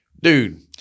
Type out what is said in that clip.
dude